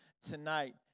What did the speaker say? tonight